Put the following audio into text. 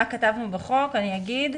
בחוק כתוב: